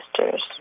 sisters